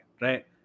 Right